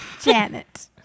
Janet